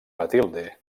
matilde